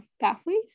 pathways